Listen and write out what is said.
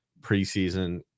preseason